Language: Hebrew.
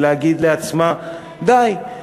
ולהגיד לעצמה: די,